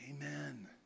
Amen